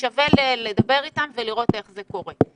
שווה לדבר אתן ולראות איך זה קורה.